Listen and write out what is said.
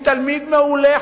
הוא תלמיד מעולה,